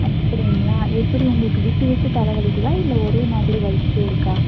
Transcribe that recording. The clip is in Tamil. அப்படிங்களா எப்படி உங்களுக்கு விட்டு விட்டு தலை வலிக்குதா இல்லை ஒரே மாதிரி வலிச்சிகிட்டே இருக்கா